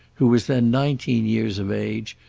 who was then nineteen years of age,